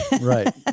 Right